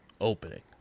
opening